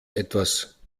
etwas